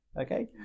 Okay